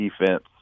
defense